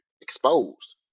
exposed